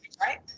Right